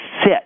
sit